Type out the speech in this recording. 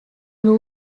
lou